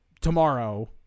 tomorrow